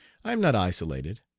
i am not isolated.